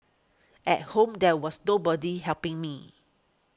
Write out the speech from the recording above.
at home there was nobody helping me